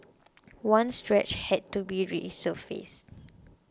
one stretch had to be resurfaced